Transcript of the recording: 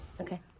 Okay